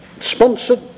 sponsored